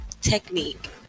technique